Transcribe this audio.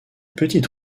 petite